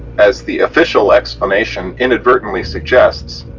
as the official explanation inadvertently suggests.